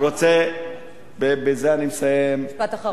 אני רוצה, בזה אני מסיים, משפט אחרון.